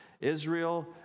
Israel